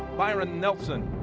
byron nelson